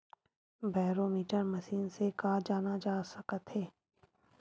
Barometer machine से का जाना जा सकत हे?